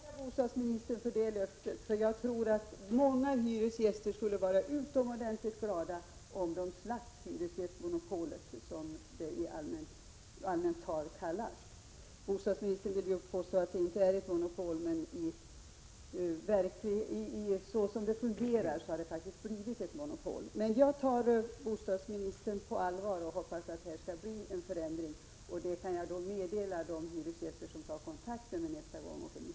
Fru talman! Jag tackar bostadsministern för det löftet. Jag tror nämligen att många hyresgäster skulle vara utomordentligt glada om de slapp hyresgästmonopolet, som man rent allmänt säger. Bostadsministern påstår att det inte är fråga om något monopol. Men som det hela fungerar har det faktiskt blivit ett monopol. Jag tar dock bostadsministern på allvar och hoppas således att det skall bli en förändring. Det kan jag då meddela nästa gång hyresgäster tar kontakt med mig för att uttrycka sitt missnöje.